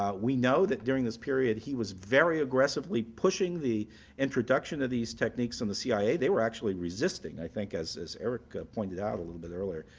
we know that during this period he was very aggressively pushing the introduction of these techniques in the cia. they were actually resisting, i think, as as eric pointed out a little bit earlier.